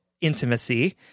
intimacy